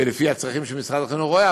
ולפי הצרכים שמשרד החינוך רואה,